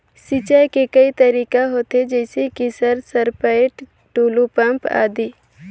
सिंचाई के कई तरीका होथे? जैसे कि सर सरपैट, टुलु पंप, आदि?